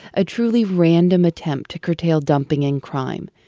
a truly random attempt to curtail dumping and crime,